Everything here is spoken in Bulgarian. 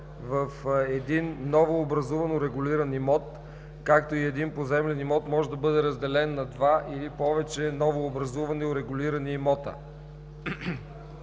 в един новообразуван урегулиран имот, както и един поземлен имот може да бъде разделен на два или повече новообразувани урегулирани имоти;